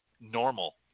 normal